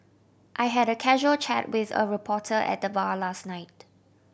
I had a casual chat with a reporter at the bar last night